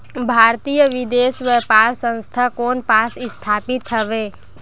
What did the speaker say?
भारतीय विदेश व्यापार संस्था कोन पास स्थापित हवएं?